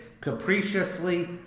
capriciously